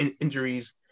injuries